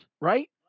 right